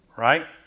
Right